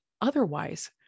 otherwise